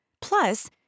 plus